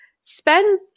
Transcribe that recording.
spend